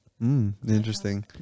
interesting